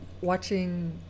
watching